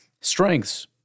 Strengths